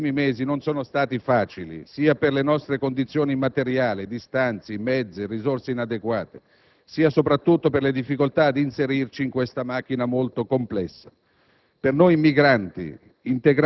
Per noi eletti all'estero questi primi mesi non sono stati facili: sia per le nostre condizioni materiali (distanze, mezzi e risorse inadeguate), sia soprattutto per le difficoltà ad inserirci in questa macchina molto complessa.